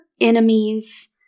enemies